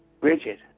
rigid